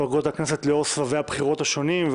פגרות הכנסת לאור סבבי הבחירות השונים.